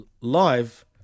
live